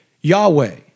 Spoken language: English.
Yahweh